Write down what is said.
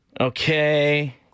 Okay